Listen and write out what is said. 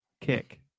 kick